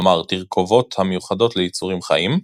כלומר תרכובות המיוחדות ליצורים חיים,